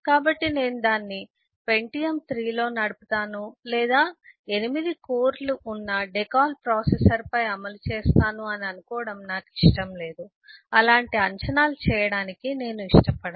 కాబట్టి నేను దానిని పెంటియమ్ 3 లో నడుపుతాను లేదా 8 కోర్లతో డెకాల్ ప్రాసెసర్పై అమలు చేస్తాను అని అనుకోవడం నాకు ఇష్టం లేదు అలాంటి అంచనాలు చేయడానికి నేను ఇష్టపడను